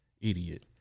Idiot